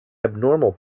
abnormal